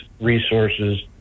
resources